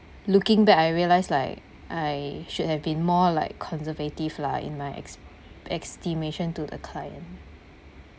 looking back I realise like I should have been more like conservative lah in my es~ estimation to the client